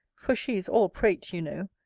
for she is all prate, you know,